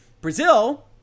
Brazil